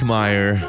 Meyer